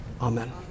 Amen